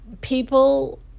people